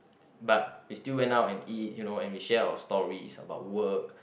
but we still went out and eat you know and we share our stories is about work